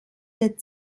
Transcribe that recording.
der